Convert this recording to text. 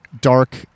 dark